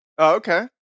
okay